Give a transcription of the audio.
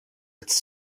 its